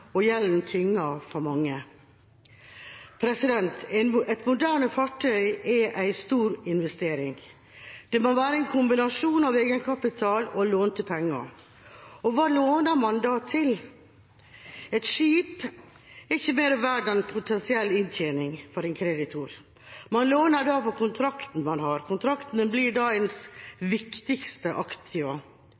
og gjelden tynger for mange. Et moderne fartøy er en stor investering. Det må være en kombinasjon av egenkapital og lånte penger. Og hva låner man da til? Et skip er ikke mer verdt enn potensiell inntjening for en kreditor. Man låner da på kontrakten man har. Kontraktene blir da ens viktigste